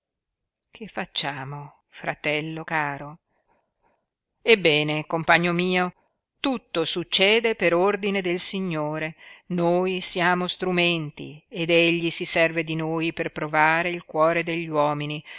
che facciamo fratello caro ebbene compagno mio tutto succede per ordine del signore noi siamo strumenti ed egli si serve di noi per provare il cuore degli uomini